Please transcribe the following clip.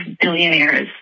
billionaires